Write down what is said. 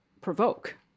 provoke